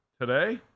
today